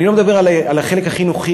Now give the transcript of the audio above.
אני לא מדבר על החלק החינוכי,